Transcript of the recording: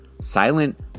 silent